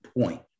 point